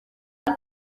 iyi